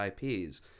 IPs